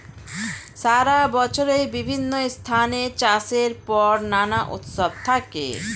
সারা বছরই বিভিন্ন স্থানে চাষের পর নানা উৎসব থাকে